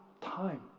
time